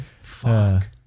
fuck